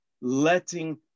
letting